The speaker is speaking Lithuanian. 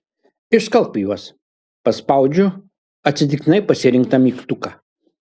išskalbk juos paspaudžiu atsitiktinai pasirinktą mygtuką